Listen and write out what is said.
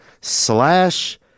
slash